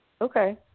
Okay